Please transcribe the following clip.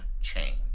change